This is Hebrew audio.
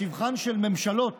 לשבחן של ממשלות